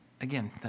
again